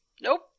Nope